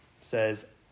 says